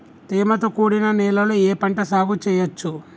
తేమతో కూడిన నేలలో ఏ పంట సాగు చేయచ్చు?